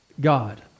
God